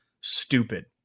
stupid